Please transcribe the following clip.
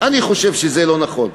אני חושב שזה לא נכון.